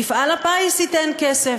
מפעל הפיס ייתן כסף.